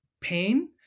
pain